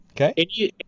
Okay